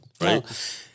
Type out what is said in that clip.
right